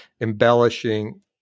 embellishing